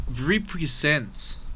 represents